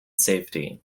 safety